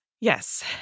Yes